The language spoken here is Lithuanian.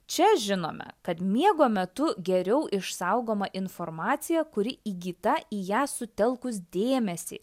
čia žinome kad miego metu geriau išsaugoma informacija kuri įgyta į ją sutelkus dėmesį